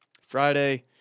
Friday